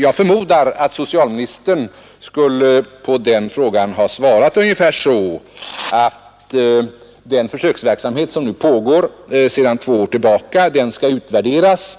Jag förmodar att socialministern på den frågan skulle ha svarat ungefär att den försöksverksamhet som pågår sedan två år tillbaka skall utvärderas,